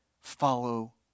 Follow